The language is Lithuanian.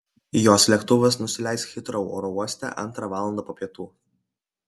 jos lėktuvas nusileis hitrou oro uoste antrą valandą po pietų